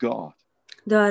God